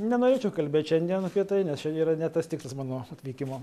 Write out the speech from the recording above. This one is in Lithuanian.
nenorėčiau kalbėti šiandien apie tai nes čia yra ne tas tikslas mano atvykimo